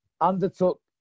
undertook